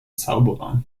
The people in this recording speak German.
zauberer